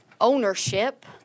ownership